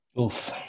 Oof